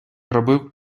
робив